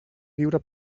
viure